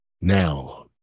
Now